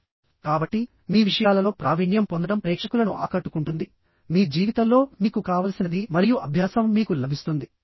కాబట్టిమీ విషయాలలో ప్రావీణ్యం పొందడం ప్రేక్షకులను ఆకట్టుకుంటుందిమీ జీవితంలో మీకు కావలసినది మరియు అభ్యాసం మీకు లభిస్తుంది